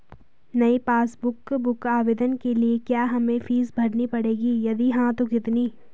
नयी passbook book आवेदन के लिए क्या हमें फीस भरनी पड़ेगी यदि हाँ तो कितनी?